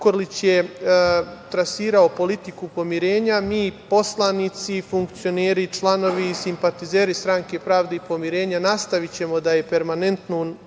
Zukorlić je trasirao politiku pomirenja. Mi poslanici i funkcioneri, članovi, simpatizeri Stranke pravde i pomirenja nastavićemo da je permanentno